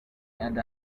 and